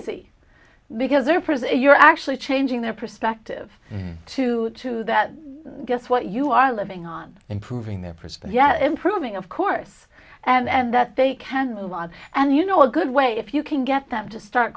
easy because their prison you're actually changing their perspective too to that guess what you are living on improving their perspective improving of course and that they can move on and you know a good way if you can get them to start